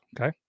okay